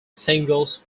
singles